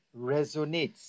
resonates